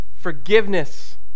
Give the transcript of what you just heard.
forgiveness